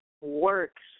works